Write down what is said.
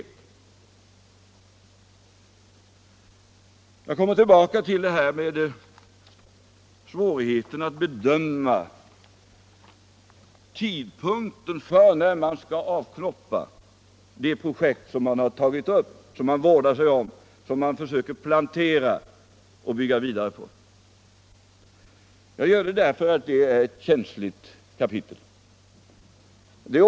Jag återkommer till vad jag sade om svårigheterna att bedöma tidpunkten för när man skall avknoppa ett projekt som man har tagit upp, som man vårdar sig om och som man försöker bygga vidare på. Jag gör det därför att det är ett känsligt kapitel.